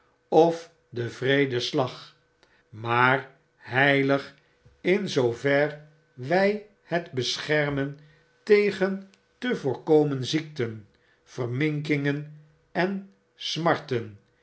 of den wreeden slag maar heilig in zoover wy het beschermen tegen te voorkomen ziekten verminkingen en smarten